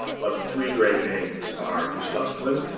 but the three great names are gustav klimt,